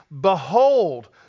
Behold